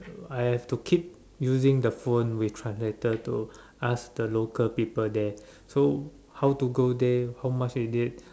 I have to keep using the phone with translator to ask the local people there so how to go there how much is it